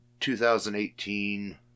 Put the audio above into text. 2018